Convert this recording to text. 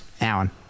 Alan